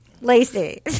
Lacey